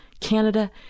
Canada